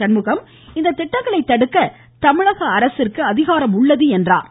சண்முகம் இத்திட்டங்களை தடுக்க தமிழக அரசிற்கு அதிகாரம் உள்ளது என்றார்